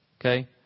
Okay